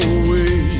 away